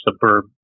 suburb